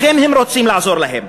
לכן הם רוצים לעזור להם.